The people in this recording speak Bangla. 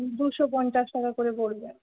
দুশো পঞ্চাশ টাকা করে পড়বে